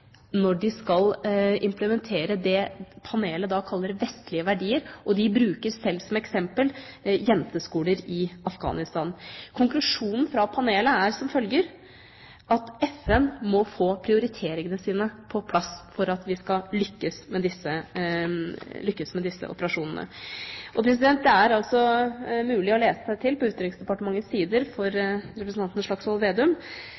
når de skal implementere det panelet kaller «vestlige verdier», og de bruker selv som eksempel jenteskoler i Afghanistan. Konklusjonen fra panelet er som følger: FN må få prioriteringene sine på plass for at vi skal lykkes med disse operasjonene. Det er mulig for representanten Slagsvold Vedum å lese seg til på Utenriksdepartementets sider